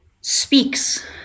speaks